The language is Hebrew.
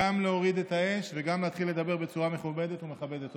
גם להוריד את האש וגם להתחיל לדבר בצורה מכובדת ומכבדת.